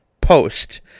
post